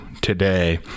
today